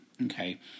Okay